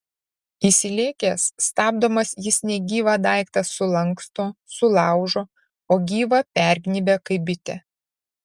įsilėkęs stabdomas jis negyvą daiktą sulanksto sulaužo o gyvą pergnybia kaip bitę